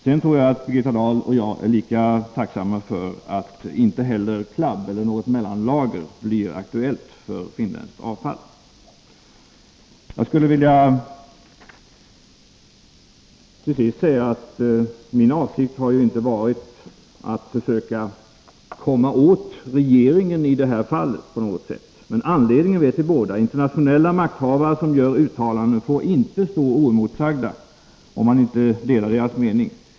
Sedan tror jag att Birgitta Dahl och jag är lika tacksamma för att inte CLAB eller något mellanlager blir aktuellt för finländskt avfall. Till sist skulle jag vilja säga att min avsikt inte har varit att försöka ”komma åt” regeringen i det här fallet. Anledningen vet vi båda: internationella makthavare som gör uttalanden får inte stå oemotsagda, när man inte delar deras mening.